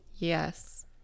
Yes